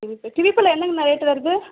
kiwi பழம் என்னங்கண்ணா rate வருது